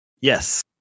Yes